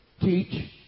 teach